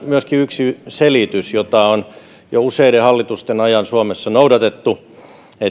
myöskin yksi selitys jota on jo useiden hallitusten ajan suomessa noudatettu